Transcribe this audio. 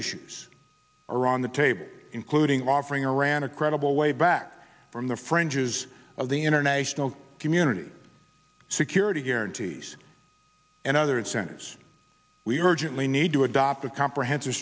issues are on the table including offering iran a credible way back from the fringes of the international community security guarantees and other incentives we urgently need to adopt a comprehensive